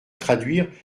traduire